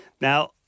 Now